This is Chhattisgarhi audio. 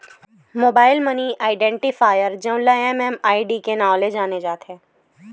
मोबाईल मनी आइडेंटिफायर जउन ल एम.एम.आई.डी के नांव ले जाने जाथे